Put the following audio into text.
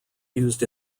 used